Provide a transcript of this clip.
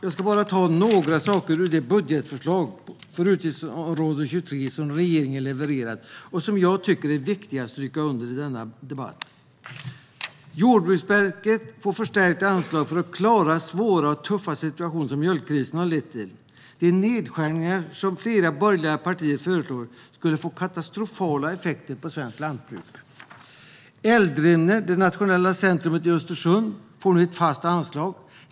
Jag ska nu ta upp några saker i det budgetförslag för utgiftsområde 23 som regeringen levererat och som jag tycker är viktiga att stryka under i denna debatt. Jordbruksverket får förstärkt anslag för att klara den svåra och tuffa situation som mjölkkrisen har lett till. De nedskärningar som flera borgerliga partier föreslår skulle få katastrofala effekter på svenskt lantbruk. Eldrimner, det nationella centrumet i Östersund, får nu ett fast anslag.